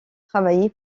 travaillé